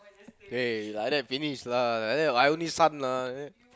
eh like that finish lah like that I only son lah